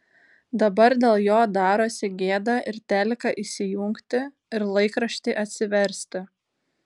dabar dėl jo darosi gėda ir teliką įsijungti ir laikraštį atsiversti